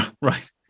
Right